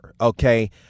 Okay